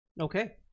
Okay